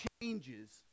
changes